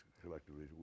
collectively